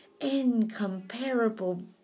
incomparable